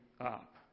up